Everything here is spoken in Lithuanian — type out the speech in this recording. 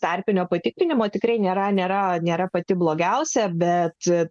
tarpinio patikrinimo tikrai nėra nėra nėra pati blogiausia bet